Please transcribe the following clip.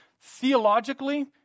Theologically